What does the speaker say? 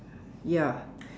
ya